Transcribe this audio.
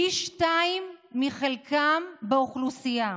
פי שניים מחלקם באוכלוסייה,